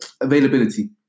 availability